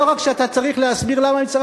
לא רק שאתה צריך להסביר למה להצטרף